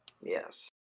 Yes